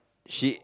she